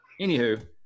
Anywho